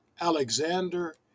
Alexander